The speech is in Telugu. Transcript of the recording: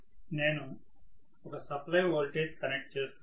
నేను ఒక సప్లై వోల్టేజ్ కనెక్ట్ చేస్తున్నాను